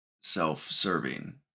self-serving